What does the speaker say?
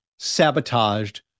sabotaged